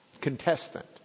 contestant